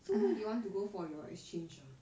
so where do you want to go for your exchange ah